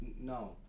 no